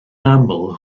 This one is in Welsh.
aml